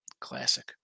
Classic